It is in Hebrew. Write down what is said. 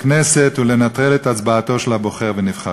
הכנסת ולנטרל את הצבעתם של הבוחר ונבחריו.